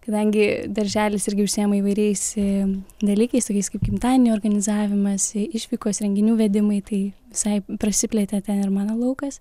kadangi darželis irgi užsiima įvairiais dalykais tokiais kaip gimtadieniai organizavimas išvykos renginių vedimai tai visai prasiplėtė ten ir mano laukas